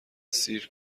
سیر